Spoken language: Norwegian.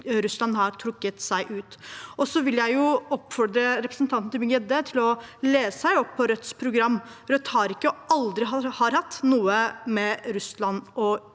Jeg vil oppfordre representanten Tybring-Gjedde til å lese seg opp på Rødts program. Rødt har ikke og har aldri hatt noe med Russlands